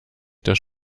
dass